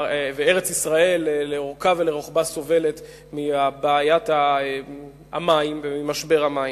וארץ-ישראל לאורכה ולרוחבה סובלת מבעיית המים וממשבר המים.